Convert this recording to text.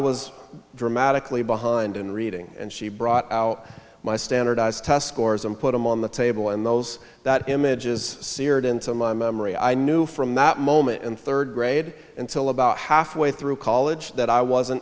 was dramatically behind in reading and she brought out my standardized test scores and put them on the table and those images seared into my memory i knew from that moment in third grade until about halfway through college that i wasn't